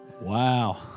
Wow